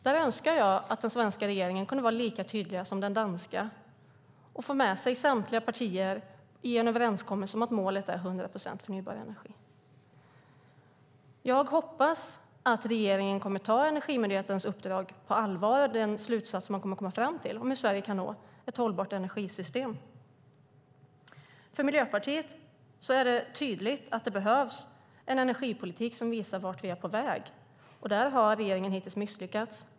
Där önskar jag att den svenska regeringen kunde vara lika tydlig som den danska och få med sig samtliga partier i en överenskommelse mot målet 100 procent förnybar energi. Jag hoppas att regeringen kommer att ta Energimyndighetens uppdrag på allvar och den slutsats den kommer att komma fram till om hur Sverige kan nå ett hållbart energisystem. För Miljöpartiet är det tydligt att det behövs en energipolitik som visar vart vi är på väg. Där har regeringen hittills misslyckats.